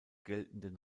geltenden